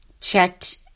checked